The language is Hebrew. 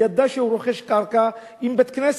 ידע שהוא רוכש קרקע עם בית-כנסת.